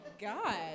God